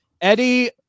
Eddie